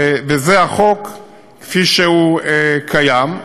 וזה החוק כפי שהוא קיים.